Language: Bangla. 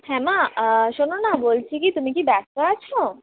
হ্যাঁ মা শোনো না বলছি কি তুমি কি ব্যস্ত আছো